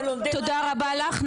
הם לומדים --- תודה רבה לך,